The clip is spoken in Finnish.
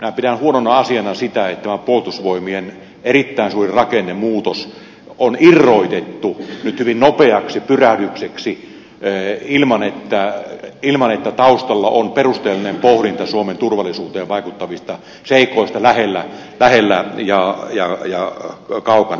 minä pidän huonona asiana sitä että tämä puolustusvoimien erittäin suuri rakennemuutos on irrotettu nyt hyvin nopeaksi pyrähdykseksi ilman että taustalla on perusteellinen pohdinta suomen turvallisuuteen vaikuttavista seikoista lähellä ja kaukana